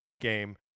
game